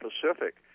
Pacific